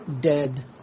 dead